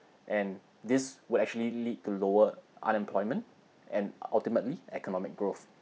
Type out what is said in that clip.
and this would actually lead to lower unemployment and ultimately economic growth